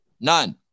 None